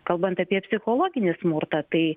kalbant apie psichologinį smurtą tai